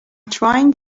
trying